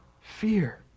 fear